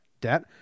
debt